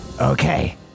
okay